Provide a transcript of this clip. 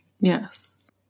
Yes